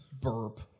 Burp